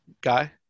guy